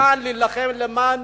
להילחם כאן למען